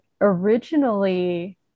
originally